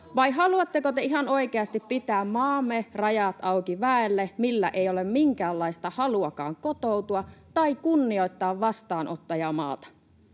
Vai haluatteko te ihan oikeasti pitää maamme rajat auki väelle, jolla ei ole minkäänlaista haluakaan kotoutua tai kunnioittaa vastaanottajamaata?